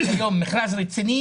זה לא מכרז רציני